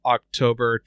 October